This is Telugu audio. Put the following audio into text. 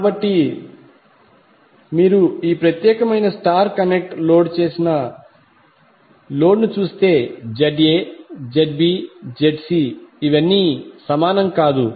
కాబట్టి మీరు ఈ ప్రత్యేకమైన స్టార్ కనెక్ట్ చేసిన లోడ్ను చూస్తే ZA ZB ZC ఇవన్నీ సమానం కాదు